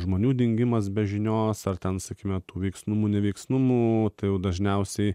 žmonių dingimas be žinios ar ten sakykime tų veiksnumu neveiksnumu tai dažniausiai